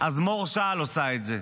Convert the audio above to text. אז מור שעל עושה את זה.